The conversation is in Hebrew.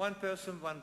person one vote,